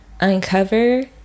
uncover